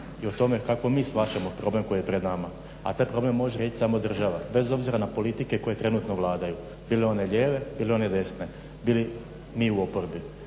i o tome kako mi smatramo problem koji je pred nama, a taj problem može reći samo država bez obzira na politike koje trenutno vladaju bile one lijeve, bile one desne, bili mi u oporbi.